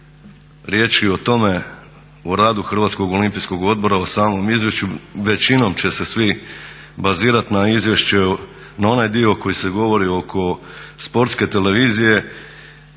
riječi o tome o radu HOO-a, o samom izvješću, većinom će se svi bazirati na onaj dio koji se govori oko Sportske televizije